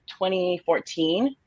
2014